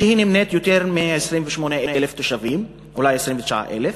שמונה יותר מ-28,000 תושבים, אולי 29,000,